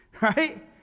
Right